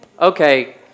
Okay